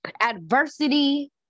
adversity